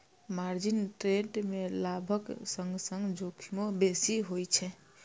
margin trade मे लाभक संग संग जोखिमो बेसी होइ छै